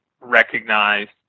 recognized